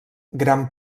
gran